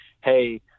hey